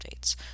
updates